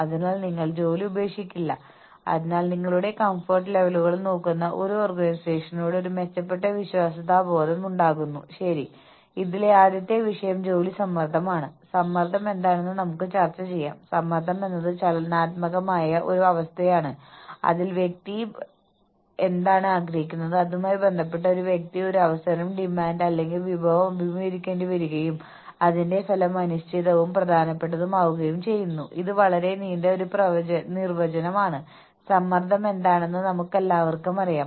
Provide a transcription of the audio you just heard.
അതിനാൽ എല്ലാ ട്രേഡുകളുടെയും ജാക്ക് ആയ നിങ്ങളുടെ പേപ്പറുകൾ ഒരു ഓഫീസിൽ നിന്ന് മറ്റൊന്നിലേക്ക് കൊണ്ടുപോകുന്ന ഫോട്ടോകോപ്പി പേപ്പറുകൾ നൽകുന്ന നിങ്ങൾക്ക് ആവശ്യമുള്ള ഓഫീസ് സാധനങ്ങൾ നൽകുന്ന വീണുപോയ ഒരു സ്ക്രൂ ശരിയാക്കുന്നത് ആരാണെന്ന് നിങ്ങൾക്കറിയാം